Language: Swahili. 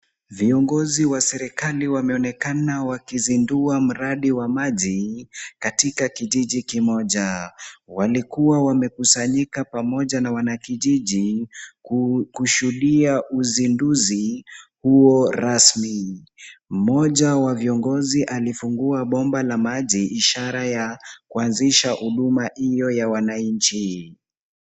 Viongozi wa serikali wameonekana wakizindua mradi wa maji katika kijiji kimoja. Walikuwa wamekusanyika pamoja na wanakijiji kushuhudia uzinduzi huo rasmi. Mmoja wa viongozi alifungua bomba la maji, ishara ya kuanzisha huduma hiyo ya wananchi.